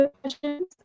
questions